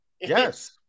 Yes